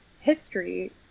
history